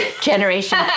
generation